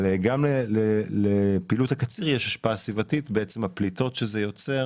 גם לפעילות הקציר יש השפעה סביבתית הפליטות שזה יוצר,